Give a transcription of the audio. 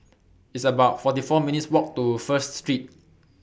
It's about forty four minutes' Walk to First Street